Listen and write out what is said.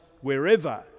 wherever